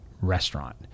Restaurant